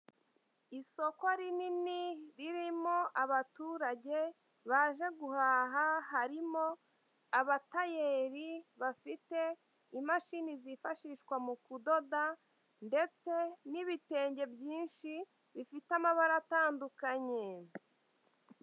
Isoko rinini ririmo abaturage baje guhaha harimo abatayeri bafite imashini zifashishwa mu kudoda, ndetse n'ibitenge byinshi bifite amabara atandukanye.